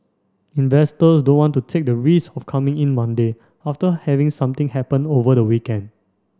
investors don't want to take the risk of coming in Monday after having something happen over the weekend